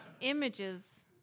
images